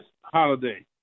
Holiday